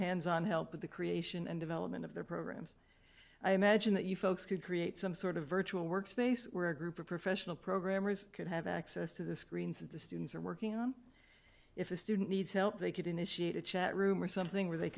hands on help with the creation and development of their programs i imagine that you folks could create some sort of virtual workspace where a group of professional programmers could have access to the screens that the students are working on if a student needs help they could initiate a chat room or something where they